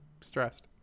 stressed